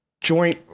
joint